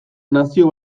nazio